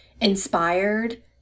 inspired